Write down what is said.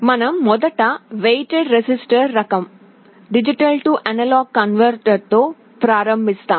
మనం మొదట weighted register రకం D A కన్వర్టర్తో ప్రారంభిస్తాము